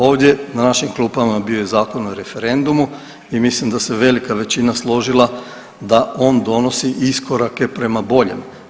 Ovdje na našim klupama bio je Zakon o referendumu i mislim da se velika većina složila da on donosi iskorake prema boljem.